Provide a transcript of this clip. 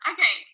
Okay